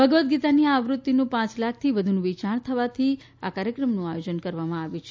ભગવતગીતાની આ આવૃત્તિનું પાંચ લાખથી વધુનું વેચાણ થવાથી આ કાર્યક્રમનું આયોજન કરવામાં આવ્યું છે